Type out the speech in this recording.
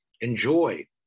enjoy